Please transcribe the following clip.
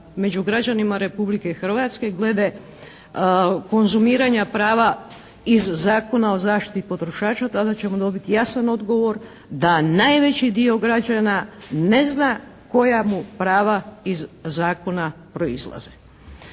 među građanima Republike Hrvatske glede konzumiranja prava iz Zakona o zaštiti potrošača tada ćemo dobiti jasan odgovor da najveći dio građana ne zna koja mi prava iz zakona proizlaze.